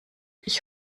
ich